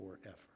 forever